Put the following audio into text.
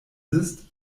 ist